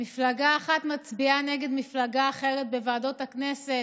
מפלגה אחת מצביעה נגד מפלגה אחרת בוועדות הכנסת,